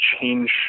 change